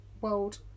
world